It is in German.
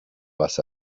was